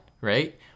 right